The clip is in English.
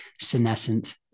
senescent